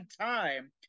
time